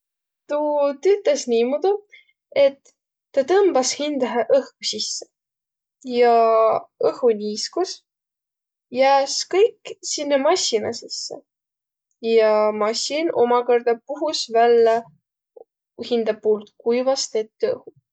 Tuu tüütäs niimuudu, et ta tõmbas hindähe õhku sisse ja õhuniiskus jääs kõik sinnäq massina sisse. Ja massin umakõrda puhus vällä hindä puult kuivas tettü õhu.